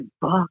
book